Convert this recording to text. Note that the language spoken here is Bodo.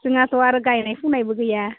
जोंहाथ' आरो गायनाय फुनायबो गैया